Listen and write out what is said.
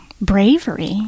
bravery